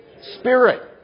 spirit